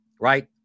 right